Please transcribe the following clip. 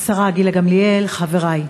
השרה גילה גמליאל, חברי,